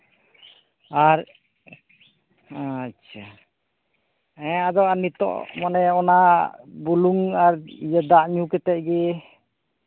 ᱟᱨ ᱟᱪᱪᱷᱟ ᱦᱮᱸ ᱟᱫᱚ ᱱᱤᱛᱳᱜ ᱢᱟᱱᱮ ᱚᱱᱟ ᱵᱩᱥᱞᱩᱝ ᱟᱨ ᱫᱟᱜ ᱧᱩ ᱠᱟᱛᱮᱫ ᱜᱮ